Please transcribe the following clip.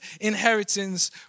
inheritance